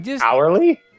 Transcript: Hourly